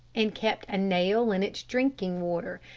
and kept a nail in its drinking water,